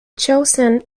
chosen